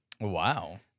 Wow